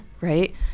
right